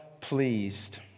pleased